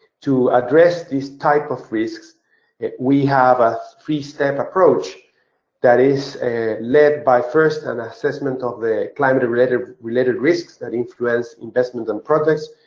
to address these type of risks we have a three-step approach that is led by first an assessment of the climate related related risks that influence investment on projects.